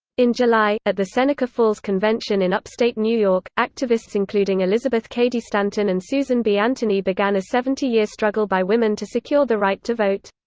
in july, at the seneca falls convention in upstate new york, activists including elizabeth cady stanton and susan b. anthony began a seventy-year struggle by women to secure the right to vote.